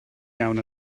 iawn